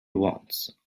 once